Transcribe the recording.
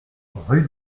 rue